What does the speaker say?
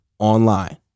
online